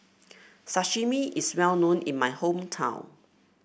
sashimi is well known in my hometown